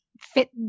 fit